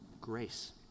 Grace